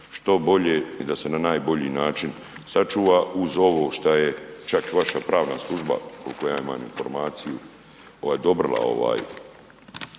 što bolje, i da se na najbolji način sačuva uz ovo šta je čak i vaša pravna služba, koliko ja imam informaciju, koja je